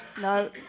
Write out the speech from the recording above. No